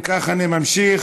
אם כך, אני ממשיך.